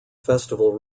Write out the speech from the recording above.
festival